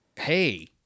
hey